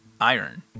Iron